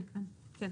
כן.